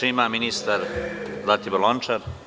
Reč ima ministar Zlatibor Lončar.